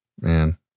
Man